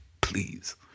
please